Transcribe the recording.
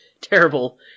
terrible